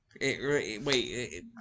Wait